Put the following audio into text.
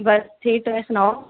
बस ठीक तुस सनाओ